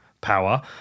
power